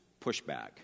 pushback